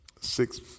six